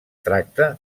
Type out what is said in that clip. tracta